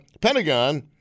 Pentagon